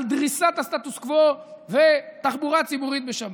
דריסת הסטטוס קוו ותחבורה ציבורית בשבת.